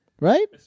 Right